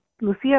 Lucia